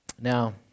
Now